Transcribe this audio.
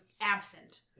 absent